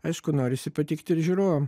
aišku norisi patikt ir žiūrovam